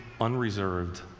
unreserved